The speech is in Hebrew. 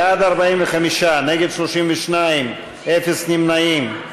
בעד, 45, נגד, 32, אין נמנעים.